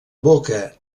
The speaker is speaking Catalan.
boca